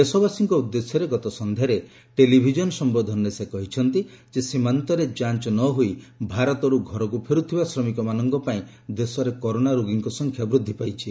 ଦେଶବାସୀଙ୍କ ଉଦ୍ଦେଶ୍ୟରେ ଗତ ସନ୍ଧ୍ୟାରେ ଟେଲିଭିଜନ୍ ସମ୍ବୋଧନରେ ସେ କହିଛନ୍ତି ଯେ ସୀମାନ୍ତରେ ଯାଞ୍ଚ ନ ହୋଇ ଭାରତରୁ ଘରକୁ ଫେରୁଥିବା ଶମିକମାନଙ୍କ ପାଇଁ ଦେଶରେ କରୋନା ରୋଗୀଙ୍କ ସଂଖ୍ୟା ବୃଦ୍ଧି ପାଇଛି